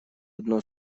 одно